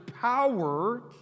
power